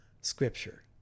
scripture